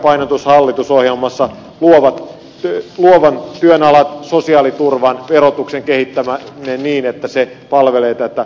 selkeä painotus hallitusohjelmassa ovat luovan työn alat sosiaaliturvan verotuksen kehittäminen niin että se palvelee tätä